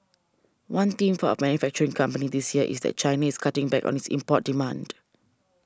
one theme for our manufacturing company this year is that Chinese cutting back on its import demand